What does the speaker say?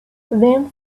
then